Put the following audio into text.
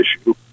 issue